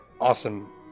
awesome